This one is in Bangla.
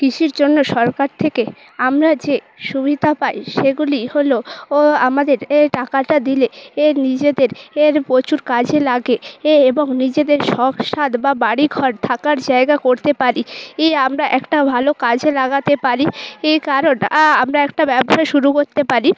কৃষির জন্য সরকার থেকে আমরা যে সুবিধা পাই সেগুলি হলো আমাদের টাকাটা দিলে নিজেদের এর প্রচুর কাজে লাগে এবং নিজেদের শখ সাধ বা বাড়ি ঘর থাকার জায়গা করতে পারি আমরা একটা ভালো কাজে লাগাতে পারি কারণ আমরা একটা ব্যবসা শুরু করতে পারি